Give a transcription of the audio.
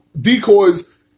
decoys